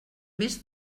més